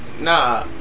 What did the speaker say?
Nah